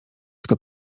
kto